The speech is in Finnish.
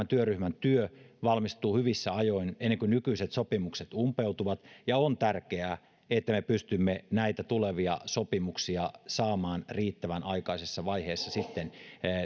työryhmän työ valmistuu hyvissä ajoin ennen kuin nykyiset sopimukset umpeutuvat ja on tärkeää että me pystymme tulevia sopimuksia saamaan riittävän aikaisessa vaiheessa sitten